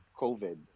COVID